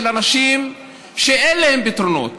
של אנשים שאין להם פתרונות